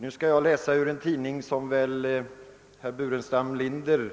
Nu skall jag läsa ur en tidning som väl herr Burenstam Linder